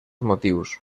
motius